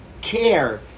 care